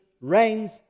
reigns